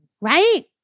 Right